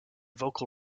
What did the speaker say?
vocal